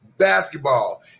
basketball